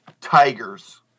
tigers